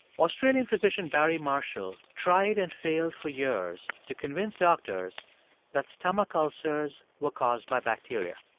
australian physician barry marshall tried and failed for years to convince doctors that stomach ulcers were caused by bacteria.